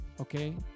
okay